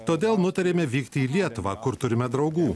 todėl nutarėme vykti į lietuvą kur turime draugų